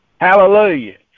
hallelujah